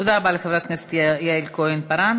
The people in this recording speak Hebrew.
תודה רבה לחברת הכנסת יעל כהן-פארן.